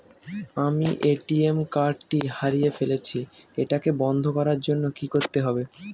আমি ATM card টি হারিয়ে ফেলেছি এটাকে বন্ধ করার জন্য কি করতে হবে?